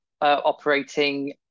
operating